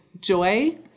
joy